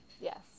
Yes